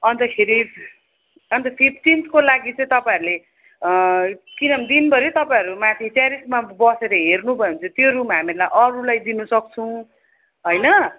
अन्तखेरि अन्त फिफ्टिन्थको लागि चाहिँ तपाईँहरूले किनभने दिनभरी तपाईँहरू माथि टेरिसमा बसेर हेर्नुभयो भने चाहिँ त्यो रुम हामीहरूलाई अरूलाई दिनु सक्छौँ होइन